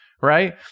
right